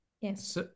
yes